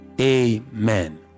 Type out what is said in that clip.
Amen